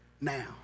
now